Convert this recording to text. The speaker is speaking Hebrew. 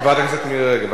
חברת הכנסת מירי רגב.